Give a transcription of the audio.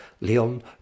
Leon